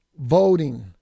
voting